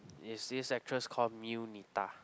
is this actress called Mew Nitha